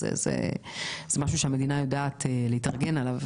זה משהו שהמדינה יודעת להתארגן עליו.